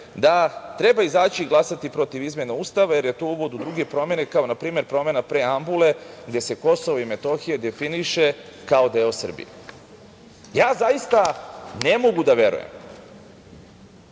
da treba izaći i glasati protiv izmena Ustava, jer je to uvod u druge promene, kao na primer promena preambule gde se KiM definiše kao deo Srbije. Zaista ne mogu da verujem